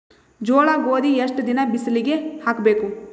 ಜೋಳ ಗೋಧಿ ಎಷ್ಟ ದಿನ ಬಿಸಿಲಿಗೆ ಹಾಕ್ಬೇಕು?